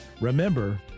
remember